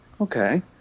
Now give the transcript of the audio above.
okay